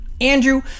Andrew